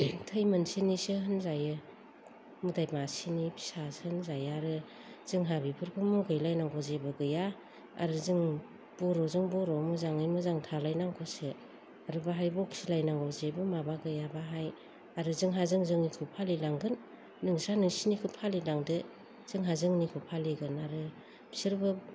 थै मोनसेनिसो होनजायो मोदाय मासेनि फिसासो होनजायो आरो जोंहा बेफोरखौ मुगैलायनांगौ जेबो गैया आरो जों बर'जों बर' मोजाङै मोजां थालायनांगौसो आरो बेहाय बखिलायनांगौ जेबो माबा गैया बेहाय आरो जोंहा जों जोंनिखौ फालिलांगोन नोंस्रा नोंसिनिखौ फालिलांदो जोंहा जोंनिखौ फालिगोन आरो बिसोरबो